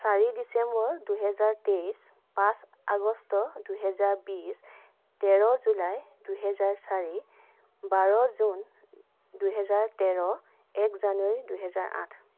চাৰি ডিচেম্বৰ দুহেজাৰ তেইছ পাঁচ আগষ্ট দুহেজাৰ বিশ তেৰ জুলাই দুহেজাৰ চাৰি বাৰ জুন দুহেজাৰ তেৰ এক জানুৱাৰী দুহেজাৰ দুহেজাৰ আঠ